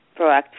proactive